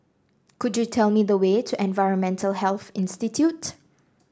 could you tell me the way to Environmental Health Institute